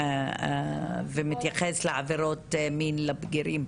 ומתייחס לעבירות מין בבגירים.